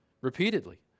Repeatedly